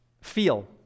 Feel